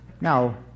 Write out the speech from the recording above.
Now